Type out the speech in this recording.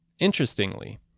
Interestingly